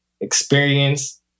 experience